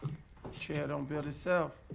chair don't build itself.